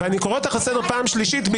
ואני קורא אותך לסדר פעם שלישית.